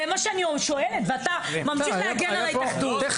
זה מה שאני שואלת ואתה ממשיך להגן על ההתאחדות.